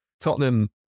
Tottenham